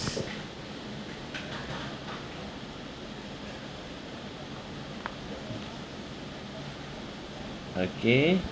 okay